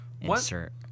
insert